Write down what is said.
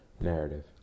narrative